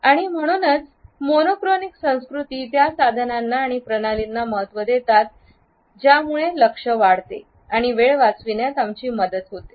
आणि म्हणूनच मोनोक्रॉनिक संस्कृती त्या साधनांना आणि प्रणालींना महत्त्व देतात ज्यामुळे लक्ष वाढते आणि वेळ वाचविण्यात आमची मदत करतात